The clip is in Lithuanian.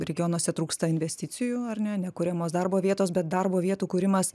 regionuose trūksta investicijų ar ne nekuriamos darbo vietos bet darbo vietų kūrimas